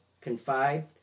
Confide